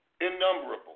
innumerable